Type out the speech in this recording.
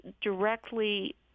directly